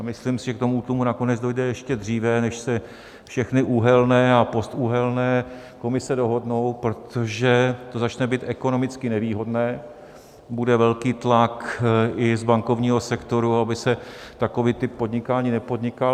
Myslím, že k útlumu nakonec dojde ještě dříve, než se všechny uhelné a postuhelné komise dohodnou, protože to začne být ekonomicky nevýhodné; bude velký tlak i z bankovního sektoru, aby se takový typ podnikání nepodnikal.